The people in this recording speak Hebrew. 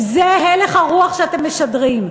זה הלך הרוח שאתם משדרים.